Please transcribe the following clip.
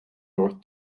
north